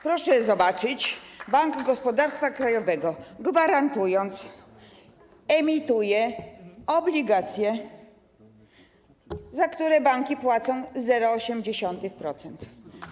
Proszę zobaczyć: Bank Gospodarstwa Krajowego, gwarantując, emituje obligacje, za które banki płacą 0,8%.